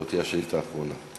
זו תהיה השאילתה האחרונה.